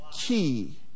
key